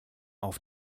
auf